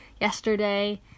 yesterday